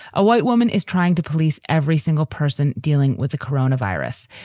a white woman is trying to police every single person dealing with the corona virus.